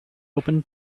open